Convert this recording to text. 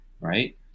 right